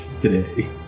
today